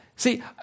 See